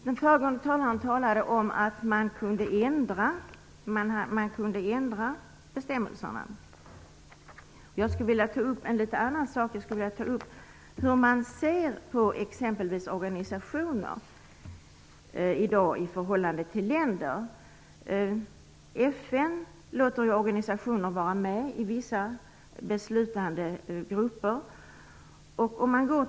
Den föregående talaren talade om att man kunde ändra bestämmelserna. Jag skulle vilja ta upp en annan sak, nämligen hur man i dag ser på exempelvis organisationer i förhållande till länder. FN låter organisationer vara med i vissa beslutandegrupper.